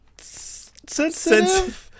sensitive